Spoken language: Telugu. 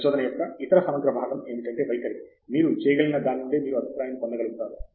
పరిశోధన యొక్క ఇతర సమగ్ర భాగం ఏమిటంటే వైఖరి మీరు చేయగలిగిన దాని నుండే మీరు అభిప్రాయాన్ని పొందగలుగుతారు